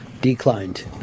Declined